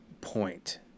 point